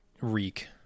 Reek